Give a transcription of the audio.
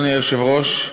אדוני היושב-ראש,